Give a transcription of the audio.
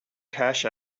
cash